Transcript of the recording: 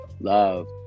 love